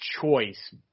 choice